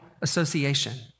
association